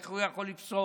איך הוא יכול לפסוק?